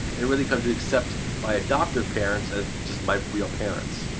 and really come to accept my adoptive parents as just my real parents.